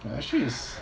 actually is